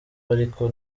ariko